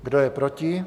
Kdo je proti?